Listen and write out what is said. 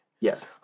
Yes